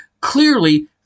Clearly